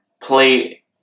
play